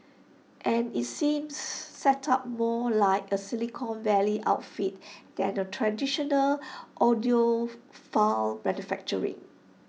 and IT seems set up more like A Silicon Valley outfit than A traditional audiophile manufacturer